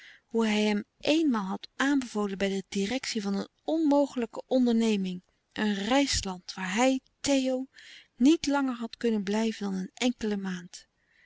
hoe hij hem éenmaal had aanbevolen bij de directie van een onmogelijke onderneming een rijstland waar hij theo niet langer had kunnen blijven dan een enkele maand